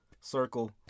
circle